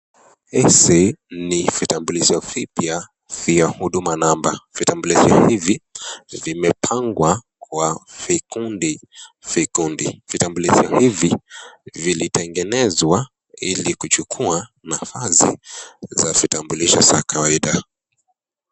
Hivi ni vitambulisho vipya vya huduma namba. Vitambulisho hivi, vimepangwa kwa vikundi vikundi. Vitambulisho hivi vilitengenezwa ili kuchukua nafasi ya vitambulisho vya kawaida.